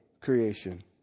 creation